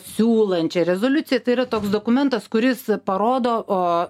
siūlančią rezoliucija tai yra toks dokumentas kuris parodo o